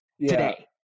today